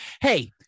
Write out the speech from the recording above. Hey